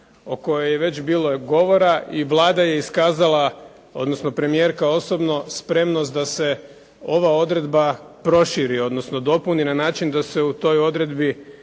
o kojoj je već bilo govora i Vlada je iskazala, odnosno premijerka osobno spremnost da se ova odredba proširi, odnosno dopuni na način da se u toj odredbi